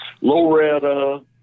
Loretta